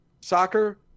soccer